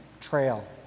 trail